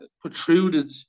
protruded